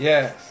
Yes